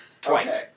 twice